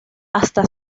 hasta